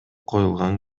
коюлган